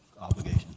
obligation